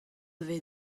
vez